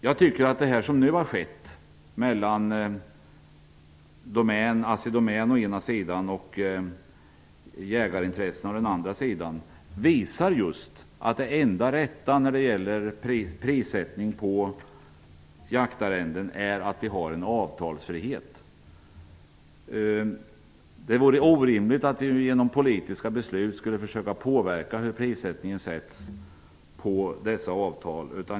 Jag tycker att det som nu har skett mellan Assidomän å ena sidan och jägarintressena å den andra visar att det enda rätta när det gäller prissättning på jaktarrenden är att vi har en avtalsfrihet. Det vore orimligt att vi genom politiska beslut skulle försöka påverka prissättningen på dessa avtal.